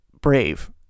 Brave